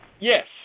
Yes